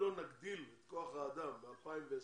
נגדיל את כוח האדם ב-2020